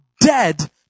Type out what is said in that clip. dead